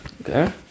Okay